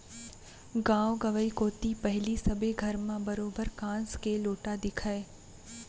गॉंव गंवई कोती पहिली सबे घर म बरोबर कांस के लोटा दिखय